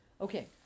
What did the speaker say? okay